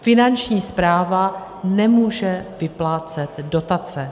Finanční správa nemůže vyplácet dotace.